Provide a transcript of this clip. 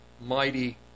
mighty